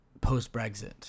post-Brexit